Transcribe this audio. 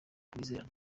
mwizerana